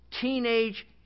teenage